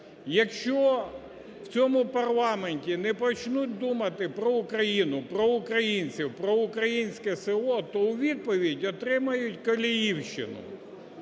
якщо в цьому парламенті не почнуть думати про Україну, про українців, про українське село, то у відповідь отримають Коліївщину.